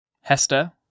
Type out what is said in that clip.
HESTER